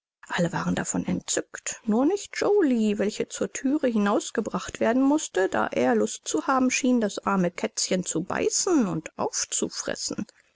alle waren davon entzückt nur nicht joly welcher zur thüre hinaus gebracht werden mußte da er lust zu haben schien das arme kätzchen zu beißen und aufzufressen